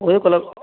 ओहदे कोला